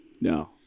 No